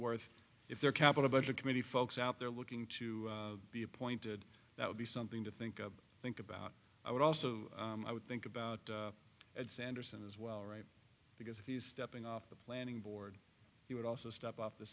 worth if their capital budget committee folks out there looking to be appointed that would be something to think of think about i would also i would think about it sanderson as well right because if he's stepping off the planning board he would also step off the